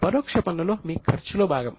పరోక్ష పన్నులు మీ ఖర్చులో భాగం